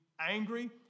angry